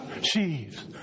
sheaves